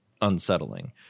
unsettling